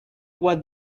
were